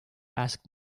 asked